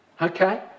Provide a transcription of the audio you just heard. Okay